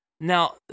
Now